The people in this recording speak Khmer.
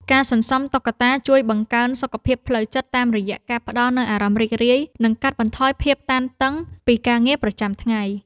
ការសន្សំតុក្កតាជួយបង្កើនសុខភាពផ្លូវចិត្ត តាមរយៈការផ្ដល់នូវអារម្មណ៍រីករាយ និងកាត់បន្ថយភាពតានតឹងពីការងារប្រចាំថ្ងៃ។